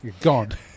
god